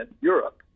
Europe